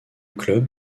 club